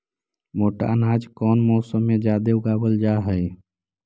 मोटा अनाज कौन मौसम में जादे उगावल जा हई?